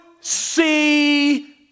see